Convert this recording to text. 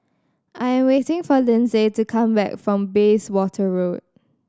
I am waiting for Lindsay to come back from Bayswater Road